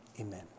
Amen